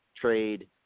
trade –